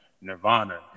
Nirvana